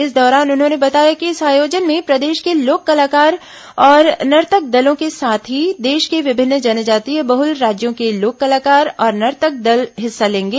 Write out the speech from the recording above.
इस दौरान उन्होंने बताया कि इस आयोजन में प्रदेश के लोक कलाकार और नर्तक दलों के साथ ही देश के विभिन्न जनजातीय बहुल राज्यों के लोक कलाकार और नर्तक दल हिस्सा लेंगे